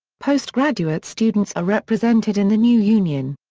postgraduate students are represented in the new union.